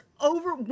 over